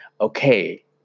Okay